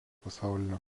pasaulinio